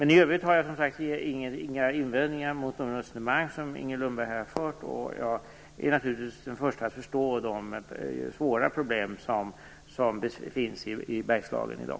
I övrigt har jag inga invändningar mot de resonemang som Inger Lundberg här har fört. Jag är naturligtvis den förste att förstå de svåra problem som finns i Bergslagen i dag.